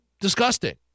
disgusting